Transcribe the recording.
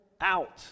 out